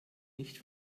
nicht